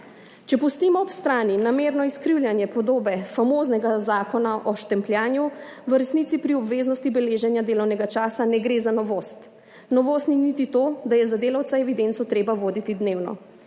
Če pustimo ob strani namerno izkrivljanje podobe famoznega zakona o štempljanju, v resnici pri obveznosti beleženja delovnega časa ne gre za novost. Novost ni niti to, da je za delavca evidenco treba voditi dnevno.